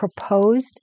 proposed